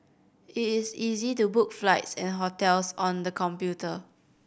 it is easy to book flights and hotels on the computer